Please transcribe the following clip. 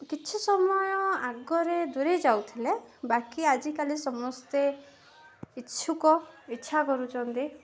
କିଛି ସମୟ ଆଗରେ ଦୂରେଇ ଯାଉଥିଲେ ବାକି ଆଜିକାଲି ସମସ୍ତେ ଇଚ୍ଛୁକ ଇଚ୍ଛା କରୁଛନ୍ତି